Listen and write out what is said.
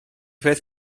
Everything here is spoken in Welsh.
peth